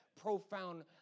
profound